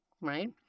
right